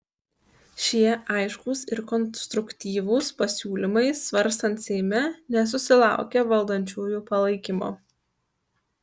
šie aiškūs ir konstruktyvūs pasiūlymai svarstant seime nesusilaukė valdančiųjų palaikymo